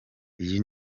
iyi